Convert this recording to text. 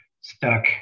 stuck